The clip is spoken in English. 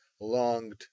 longed